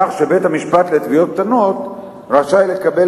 כך שבית-המשפט לתביעות קטנות רשאי לקבל